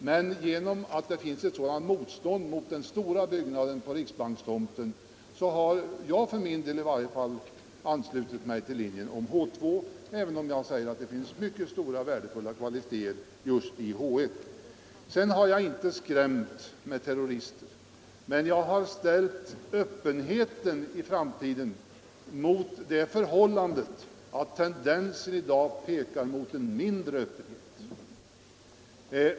Men eftersom det finns ett sådant motstånd mot den stora byggnaden på riksbankstomten har jag för min del anslutit mig till linjen om H 2 trots att jag som sagt anser att det finns mycket stora kvalitéer hos alternativet H1. Jag har inte skrämt med terrorister, men jag har ställt öppenheten i framtiden mot det förhållandet att tendensen i dag pekar mot en mindre öppenhet.